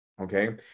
Okay